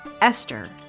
Esther